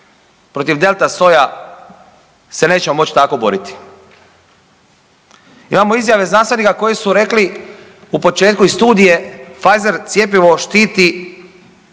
protiv Delta soja se nećemo moći tako boriti. Imamo izjave znanstvenika koji su rekli u početku i studije Pfeizer cjepivo štiti